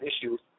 issues